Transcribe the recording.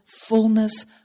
fullness